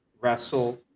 wrestle